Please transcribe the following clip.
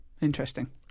Interesting